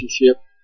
relationship